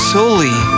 Solely